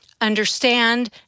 understand